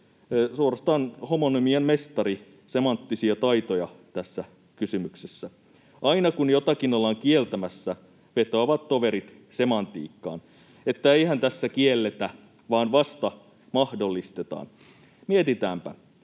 suorastaan homonymian mestari — semanttisia taitoja tässä kysymyksessä. Aina, kun jotakin ollaan kieltämässä, vetoavat toverit semantiikkaan, että eihän tässä kielletä vaan vasta mahdollistetaan. Mietitäänpä.